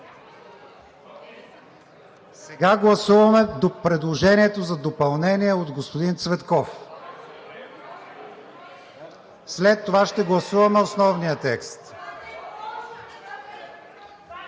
Сега гласуваме предложението за допълнение от господин Цветков, след това ще гласуваме основния текст.